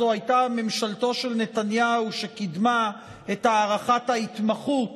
זו הייתה ממשלתו של נתניהו שקידמה את הארכת ההתמחות